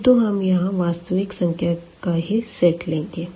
किंतु हम यहाँ वास्तविक संख्या का ही सेट लेंगे